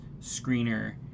screener